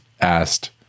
asked